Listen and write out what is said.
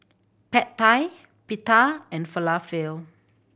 Pad Thai Pita and Falafel